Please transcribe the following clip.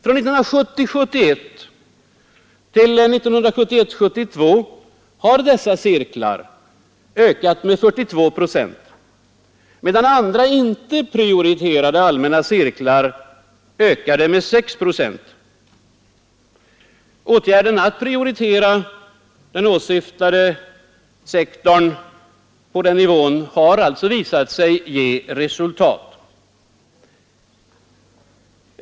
Från 1970 72 har dessa cirklar ökat med 42 procent medan andra, inte prioriterade allmänna cirklar ökade med 6 procent. Åtgärden att prioritera den åsyftade sektorn på denna nivå har alltså visat sig ge resultat.